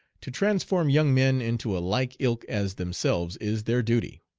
to transform young men into a like ilk as themselves is their duty.